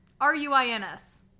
R-U-I-N-S